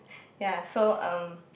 ya so um